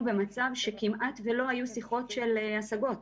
במצב שכמעט לא היו שיחות של השגות.